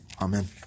Amen